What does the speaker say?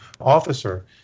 officer